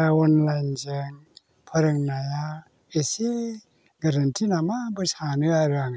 अनलाइनजों फोरोंनाया एसे गोरोन्थि नामाबो सानो आरो आङो